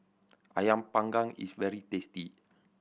Ayam Panggang is very tasty